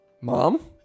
Mom